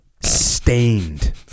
stained